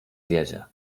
wiezie